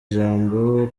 ijambo